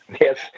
Yes